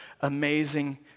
amazing